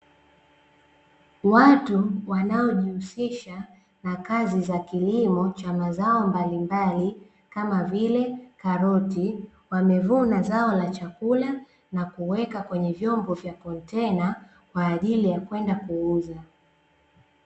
Watu wanaojihusisha na kazi za kilimo cha mazao mbalimbali kama vile karoti, wamevuna zao la chakula na kuweka kwenye vyombo vya kontena kwa ajili ya kwenda kuuza.